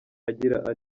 agira